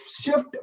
shift